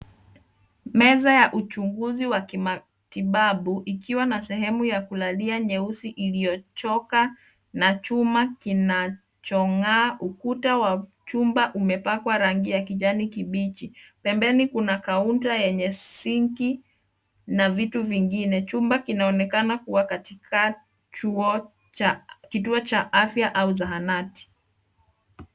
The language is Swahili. Meza ya uchunguzi wa kimatibabu ikiwa na sehemu ya kulalia nyeusi iliyochoka na chuma kinachong'aa. Ukuta wa chumba umepakwa rangi ya kijani kibichi. Pembeni kuna kaunta yenye sinki na vitu vingine. Chumba kinaonekana kuwa katika chuo cha afya au zahanati.